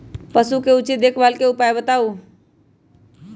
पशु के उचित देखभाल के उपाय बताऊ?